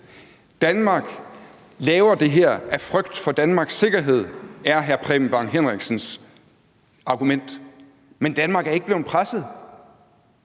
Danmark laver det her af frygt for Danmarks sikkerhed, er hr. Preben Bang Henriksens argument. Men Danmark er ikke blevet presset.